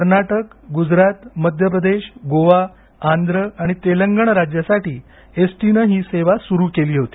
कर्नाटक गुजरात मध्यप्रदेश गोवा आंध्र आणि तेलंगण राज्यासाठी S T नं ही सेवा सुरु केली होती